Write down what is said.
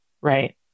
Right